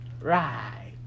Right